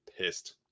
pissed